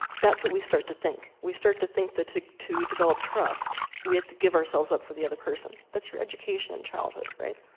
that's what we start to think. we start to think that to to develop trust, we have to give ourselves up for the other person. that's your education in childhood. right?